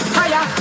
higher